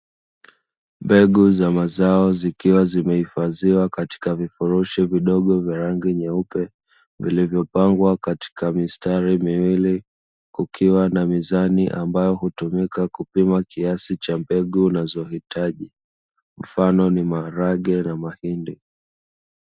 Mbegu za mazao zikiwa zimeoteshwa katika vifurushi vidogo vidogo vya rangi nyeupe, vilivyopangwa katika mistari miwili, kukiwa na mizani ambayo inatumika kiasi cha mbegu unazohitaji mfano; ni maharage na mahindi.